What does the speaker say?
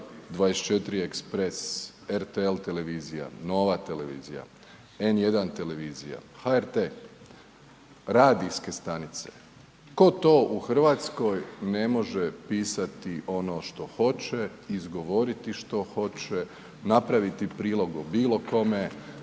24 express, RTL televizija, Nova televizija, N1 televizija, HRT, radijske stanice, tko to u RH ne može pisati ono što hoće, izgovoriti što hoće, napraviti prilog o bilo kome,